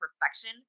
perfection